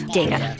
data